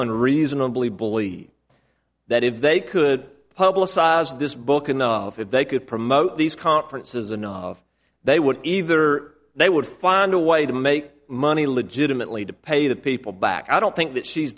unreasonably believe that if they could publicize this book enough if they could promote these conferences and they would either they would find a way to make money legitimately to pay the people back i don't think that she's